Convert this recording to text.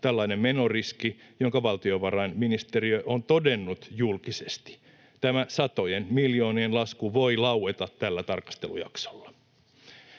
tällainen menoriski, jonka valtiovarainministeriö on todennut julkisesti. Tämä satojen miljoonien lasku voi laueta tällä tarkastelujaksolla.